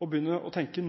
å begynne nå å tenke